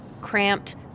cramped